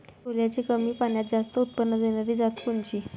सोल्याची कमी पान्यात जास्त उत्पन्न देनारी जात कोनची?